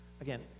again